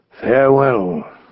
Farewell